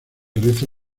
rezo